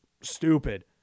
stupid